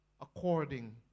according